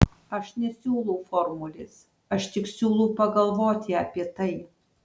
aš nesiūlau formulės aš tik siūlau pagalvoti apie tai